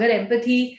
empathy